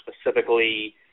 specifically